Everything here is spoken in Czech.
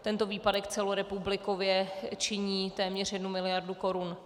Tento výpadek celorepublikově činí téměř jednu miliardu korun.